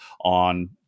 on